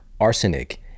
arsenic